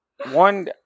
One